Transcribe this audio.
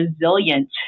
resilient